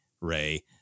Ray